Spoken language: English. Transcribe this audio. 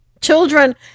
children